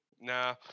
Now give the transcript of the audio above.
nah